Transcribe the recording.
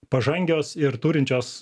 pažangios ir turinčios